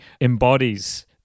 embodies